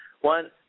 one